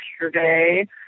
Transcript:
yesterday